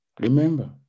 Remember